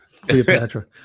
Cleopatra